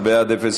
ומה קרה מאז,